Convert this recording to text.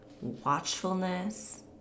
watchfulness